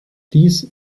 dies